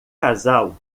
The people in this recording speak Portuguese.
casal